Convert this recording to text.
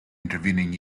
intervening